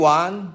one